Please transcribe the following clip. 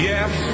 Yes